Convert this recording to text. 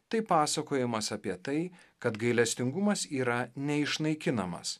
tai pasakojimas apie tai kad gailestingumas yra neišnaikinamas